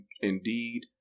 indeed